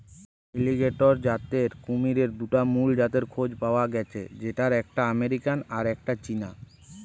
alligator জাতের কুমিরের দুটা মুল জাতের খোঁজ পায়া গ্যাছে যেটার একটা আমেরিকান আর একটা চীনা